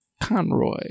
Conroy